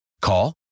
Call